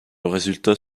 résultat